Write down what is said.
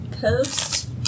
post